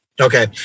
Okay